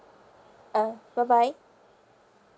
ah bye bye